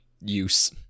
use